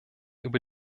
über